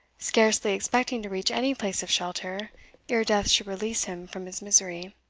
scarcely expecting to reach any place of shelter ere death should release him from his misery.